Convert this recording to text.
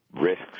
risks